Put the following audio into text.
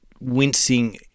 wincing